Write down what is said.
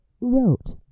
wrote